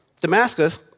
Damascus